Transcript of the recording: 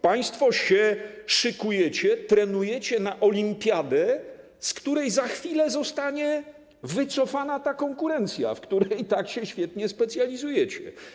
Państwo się szykujecie, trenujecie na olimpiadę, z której za chwilę zostanie wycofana konkurencja, w której się tak świetnie specjalizujecie.